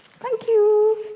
thank you!